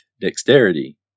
dexterity